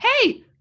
hey